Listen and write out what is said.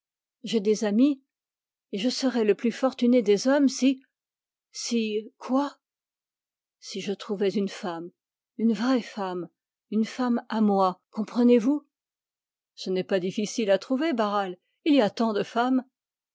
j'ai des amis et je serais le plus fortuné des hommes si si quoi si je trouvais une femme une vraie femme une femme à moi comprenez-vous ce n'est pas difficile à trouver barral il y a tant de femmes